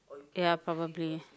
ya probably